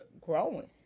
growing